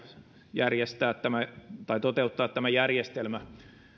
järjestää tai toteuttaa tämä järjestelmä